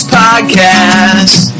podcast